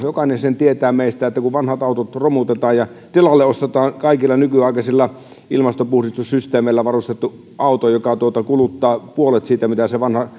jokainen meistä sen tietää että kun vanhat autot romutetaan ja tilalle ostetaan kaikilla nykyaikasilla ilmanpuhditussysteemeillä varustettu auto joka kuluttaa puolet siitä mitä se vanha